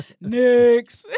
Next